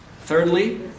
Thirdly